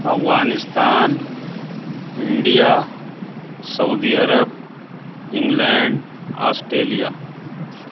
Afghanistan India Saudi Arab England Australia